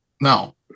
No